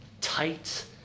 tight